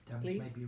please